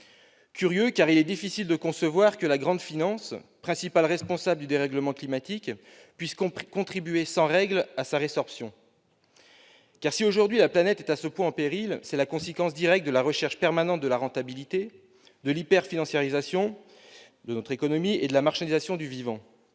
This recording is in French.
Curieux, car il est difficile de concevoir que la grande finance, principale responsable du dérèglement climatique, puisse contribuer sans règle à sa résorption. En effet, si la planète est aujourd'hui à ce point en péril, c'est la conséquence directe de la recherche permanente de la rentabilité, de l'hyperfinanciarisation de notre économie et de la marchandisation du vivant.